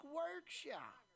workshop